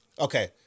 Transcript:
Okay